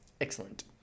Excellent